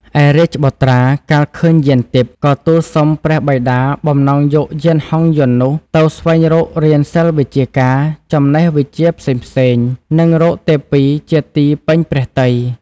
ឯរាជបុត្រកាលឃើញយានទិព្វ ក៏ទូលសុំព្រះបិតាបំណងយកយានហង្សយន្តនោះទៅស្វែងរករៀនសិល្ប៍វិជ្ជាការ ចំណេះវិជ្ជាផ្សេងៗ និងរកទេពីជាទីពេញព្រះទ័យ។